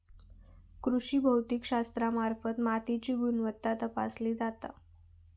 कृषी भौतिकशास्त्रामार्फत मातीची गुणवत्ता तपासली जाता